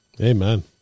Amen